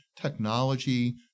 Technology